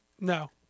No